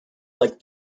like